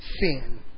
sin